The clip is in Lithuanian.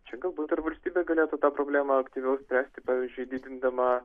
čia galbūt ir valstybė galėtų tą problemą aktyviau spręsti pavyzdžiui didindama